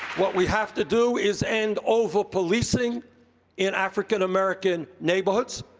what we have to do is end over-policing in african american neighborhoods.